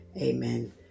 Amen